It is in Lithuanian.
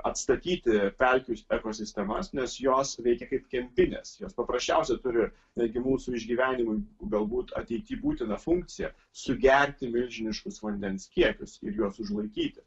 atstatyti pelkių ekosistemas nes jos veikia kaip kempinės jos paprasčiausiai turi netgi mūsų išgyvenimui galbūt ateity būtiną funkciją sugerti milžiniškus vandens kiekius ir juos užlaikyti